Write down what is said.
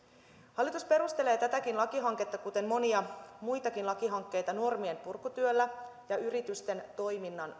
hallitus perustelee tätäkin lakihanketta kuten monia muitakin lakihankkeita normien purkutyöllä ja yritysten toiminnan